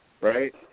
Right